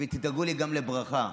ותדאגו לי גם לברכה.